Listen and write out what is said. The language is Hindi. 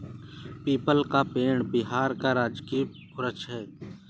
पीपल का पेड़ बिहार का राजकीय वृक्ष है